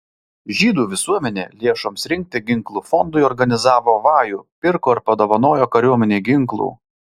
žydų visuomenė lėšoms rinkti ginklų fondui organizavo vajų pirko ir padovanojo kariuomenei ginklų